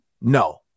No